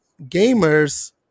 gamers –